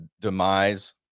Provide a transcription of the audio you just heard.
demise